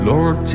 Lord